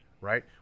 right